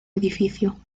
edificio